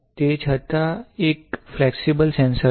તે છતાં એક ફ્લેક્સિબલ સેન્સર છે